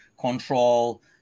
control